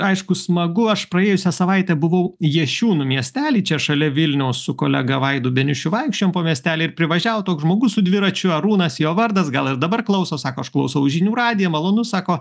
aišku smagu aš praėjusią savaitę buvau jašiūnų miestely čia šalia vilniaus su kolega vaidu beniušiu vaikščiojom po miestelį ir privažiavo toks žmogus su dviračiu arūnas jo vardas gal ir dabar klauso sako aš klausau žinių radiją malonu sako